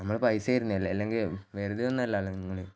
നമ്മൾ പൈസ തരുന്നതല്ലേ അല്ലെങ്കിൽ വെറുതെ ഒന്നുമല്ല നിങ്ങൾ